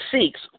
seeks